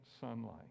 sunlight